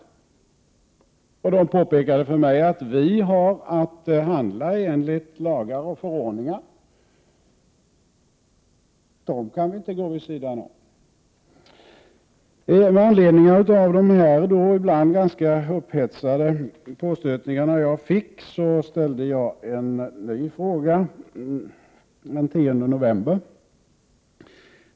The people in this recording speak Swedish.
De påpekade för mig att de har att handla enligt lagar och förordningar som det inte är möjligt att gå vid sidan om. Med anledning av dessa ibland ganska upphetsade påstötningar ställde jag en ny fråga den 10 november.